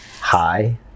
hi